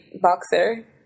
boxer